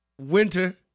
winter